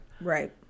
Right